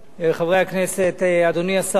חברי הכנסת, אדוני השר,